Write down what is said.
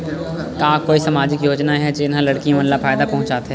का कोई समाजिक योजना हे, जेन हा लड़की मन ला फायदा पहुंचाथे?